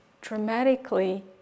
dramatically